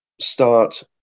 start